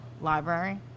library